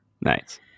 Nice